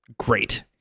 great